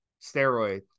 steroid